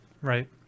Right